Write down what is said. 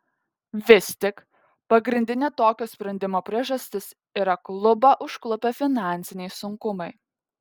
vis tik pagrindinė tokio sprendimo priežastis yra klubą užklupę finansiniai sunkumai